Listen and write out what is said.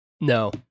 No